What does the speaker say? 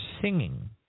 singing